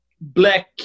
black